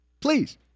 Please